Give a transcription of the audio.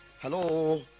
Hello